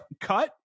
Cut